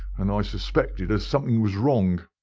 and i suspected as something was wrong.